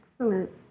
Excellent